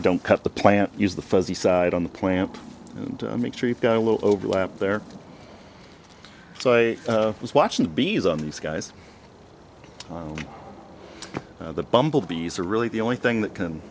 don't cut the plant use the fuzzy side on the plant and make sure you've got a little overlap there so i was watching the bees on these guys the bumble bees are really the only thing that can